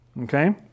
Okay